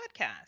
podcast